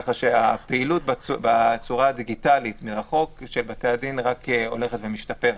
כך שהפעילות בצורה הדיגיטלית מרחוק רק הולכת ומשתפרת.